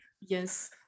yes